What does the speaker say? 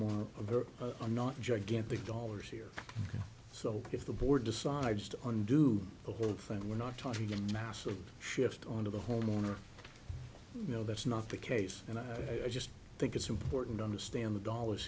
the dollars here so if the board decides to undo the whole thing we're not talking massive shift on the homeowner you know that's not the case and i just think it's important to understand the dollars